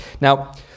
Now